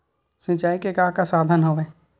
सिंचाई के का का साधन हवय?